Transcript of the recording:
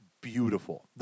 beautiful